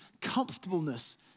comfortableness